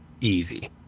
easy